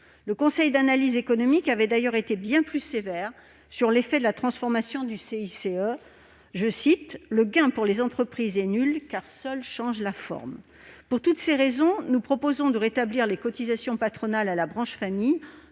Le Conseil d'analyse économique avait d'ailleurs été bien plus sévère sur l'effet de la transformation du CICE. Permettez-moi de le citer :« Le gain pour les entreprises est nul, car seule change la forme. » Pour toutes ces raisons, nous proposons de rétablir les cotisations patronales à la branche famille,